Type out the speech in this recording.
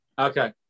Okay